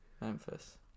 Memphis